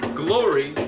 glory